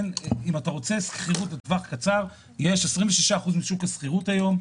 אם אתה רוצה שכירות לטווח קצר יש 26 אחוז משוק השכירות היום,